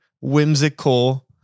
whimsical